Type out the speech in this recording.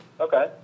Okay